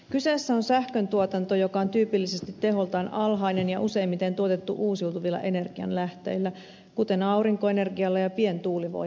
kyseessä on sähköntuotanto joka on tyypillisesti teholtaan alhainen ja useimmiten tuotettu uusiutuvilla energianlähteillä kuten aurinkoenergialla ja pientuulivoimalla